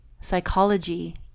psychology